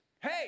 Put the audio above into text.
hey